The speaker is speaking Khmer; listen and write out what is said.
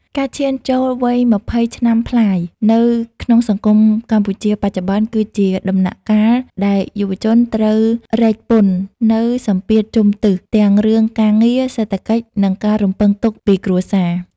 ការឈានចូលវ័យ ២០ ឆ្នាំប្លាយនៅក្នុងសង្គមកម្ពុជាបច្ចុប្បន្ន គឺជាដំណាក់កាលដែលយុវជនត្រូវរែកពុននូវសម្ពាធជុំទិស ទាំងរឿងការងារ សេដ្ឋកិច្ច និងការរំពឹងទុកពីគ្រួសារ។